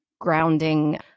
grounding